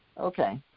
Okay